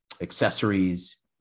accessories